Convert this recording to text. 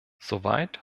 soweit